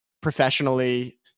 professionally